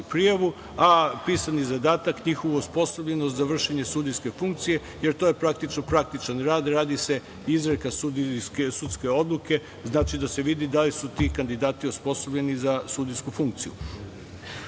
prijavu, a pisani zadatak njihovu osposobljenost za vršenje sudijske funkcije, jer to je praktični rad, radi se izreka sudijske odluke. Znači, da se vidi da li su ti kandidati osposobljeni za sudijsku funkciju. Ocena